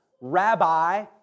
rabbi